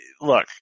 look